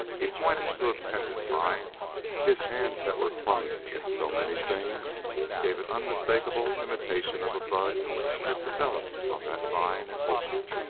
he pointed to a pendant vine his hands that were clumsy at so many things gave an unmistakable imitation of a bud that developed on that vine and opened.